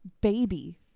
baby